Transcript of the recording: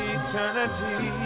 eternity